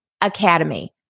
Academy